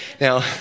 Now